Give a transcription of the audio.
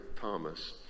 Thomas